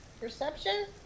Perception